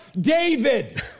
David